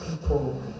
people